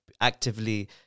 actively